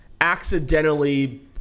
accidentally